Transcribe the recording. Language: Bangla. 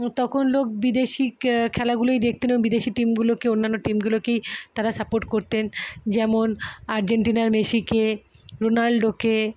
তখন লোক বিদেশি খেলাগুলোই দেখতেন এবং বিদেশি টিমগুলোকে অন্যান্য টিমগুলোকেই তারা সাপোর্ট করতেন যেমন আর্জেন্টিনার মেসিকে রোনাল্ডোকে